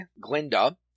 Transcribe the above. Glinda